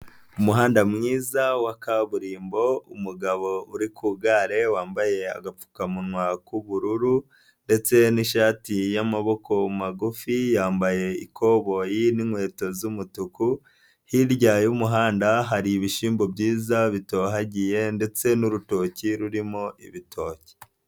Umuhanda mwiza wa kaburimbo, umugabo uri ku igare wambaye agapfukamunwa k'ubururu ndetse n'ishati y'amaboko magufi, yambaye ikoboyi n'inkweto z'umutuku .hirya y'umuhanda hari ibishyimbo byiza bitohagiye ndetse n'urutoki rurimo ibitoki.